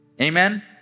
Amen